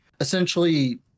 essentially